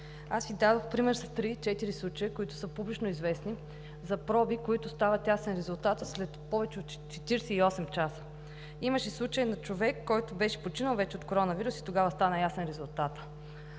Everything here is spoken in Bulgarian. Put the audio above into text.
Аз Ви дадох пример с 3 – 4 случая, които са публично известни, за проби, на които става ясен резултатът след повече от 48 часа. Имаше случай на човек, който беше починал вече от коронавирус и тогава стана ясен резултатът.